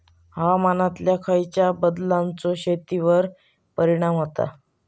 हवामानातल्या खयच्या बदलांचो शेतीवर परिणाम होता?